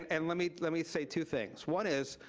and let me let me say two things. one is,